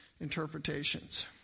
interpretations